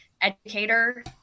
educator